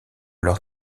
leurs